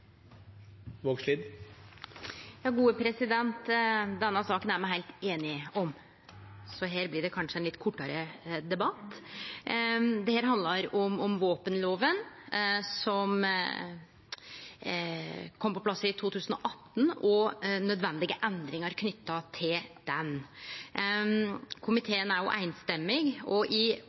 om, så her blir det kanskje ein litt kortare debatt. Dette handlar om våpenloven som kom på plass i 2018, og nødvendige endringar knytte til han. Komiteen er samrøystes, og mens ein ventar på ny våpenforskrift har våpenloven av 2018 enno ikkje tredd i